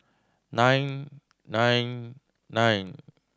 nine nine nine